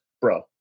bro